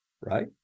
right